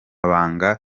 banga